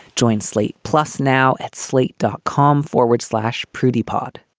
join slate plus now at slate, dot com forward slash prudy pod